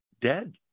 dead